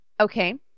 Okay